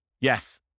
Yes